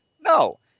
No